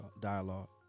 dialogue